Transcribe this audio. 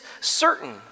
certain